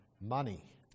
money